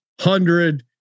Hundred